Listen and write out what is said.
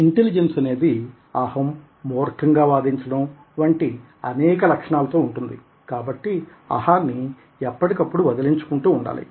intelligence అనేది అహం మూర్ఖంగా వాదించడం వంటి అనేక లక్షణాలతో ఉంటుంది కాబట్టి అహాన్ని ఎప్పటికప్పుడు వదిలించుకుంటూ ఉండాలి